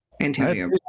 Antonio